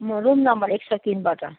म room number एक सय तिनबाट